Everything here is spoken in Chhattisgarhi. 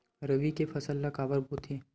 रबी के फसल ला काबर बोथे?